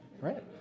right